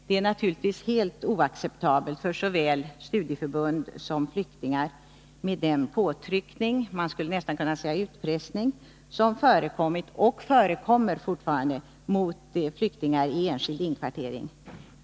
Det är naturligtvis helt oacceptabelt för såväl studieförbund Nr 42 som flyktingar med den påtryckning, man skulle nästan kunna säga utpressning, som förekommit och fortfarande förekommer mot flyktingar i enskild inkvartering.